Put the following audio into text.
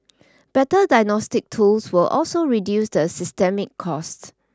better diagnostic tools will also reduce the systemic costs